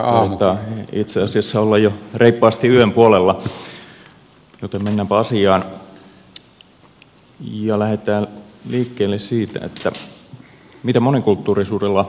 taitaa itse asiassa olla jo reippaasti yön puolella joten mennäänpä asiaan ja lähdetään liikkeelle siitä mitä monikulttuurisuudella tarkoitetaan